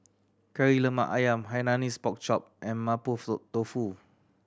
Kari Lemak Ayam Hainanese Pork Chop and mapo tofu